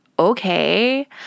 okay